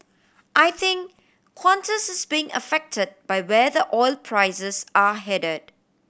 I think Qantas is being affected by where the oil prices are headed